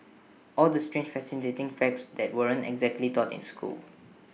all the strange fascinating facts that weren't exactly taught in school